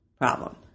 problem